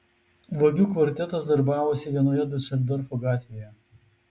vagių kvartetas darbavosi vienoje diuseldorfo gatvėje